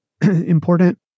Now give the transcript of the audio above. important